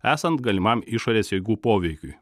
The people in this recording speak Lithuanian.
esant galimam išorės jėgų poveikiui